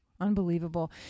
unbelievable